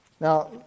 Now